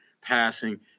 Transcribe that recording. passing